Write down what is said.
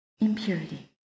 impurity